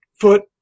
foot